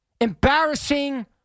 embarrassing